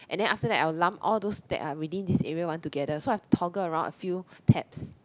and then after that I'll lump all those that are within this area one together so I toggle around a few tabs